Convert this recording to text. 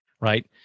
right